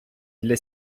для